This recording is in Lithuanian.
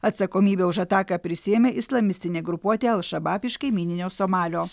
atsakomybę už ataką prisiėmė islamistinė grupuotė al šabab iš kaimyninio somalio